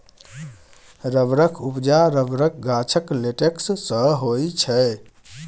रबरक उपजा रबरक गाछक लेटेक्स सँ होइ छै